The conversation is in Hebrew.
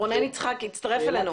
רונן יצחק הצטרף אלינו.